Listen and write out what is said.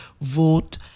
vote